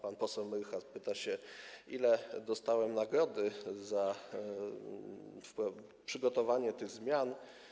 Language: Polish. Pan poseł Myrcha pyta, ile dostałem nagrody za przygotowanie tych zmian.